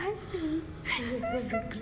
oh so cute